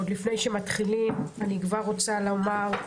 עוד לפני שמתחילים אני כבר רוצה לומר,